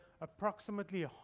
approximately